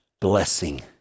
Blessing